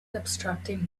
obstructing